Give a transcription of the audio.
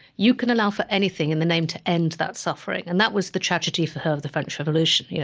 you can allow for anything in the name to end that suffering. and that was the tragedy for her of the french revolution. yeah